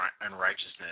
unrighteousness